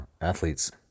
athletes